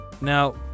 Now